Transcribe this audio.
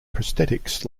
prosthetics